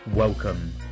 Welcome